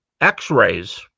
x-rays